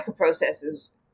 microprocessors